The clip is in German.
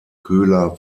köhler